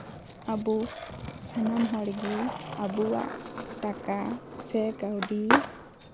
ᱟᱹᱵᱩ ᱥᱟᱱᱟᱢ ᱦᱚᱲᱜᱮ ᱟᱵᱚᱣᱟᱜ ᱴᱟᱠᱟ ᱥᱮ ᱠᱟᱹᱣᱰᱤ